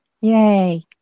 Yay